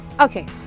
Okay